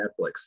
netflix